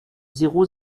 zéro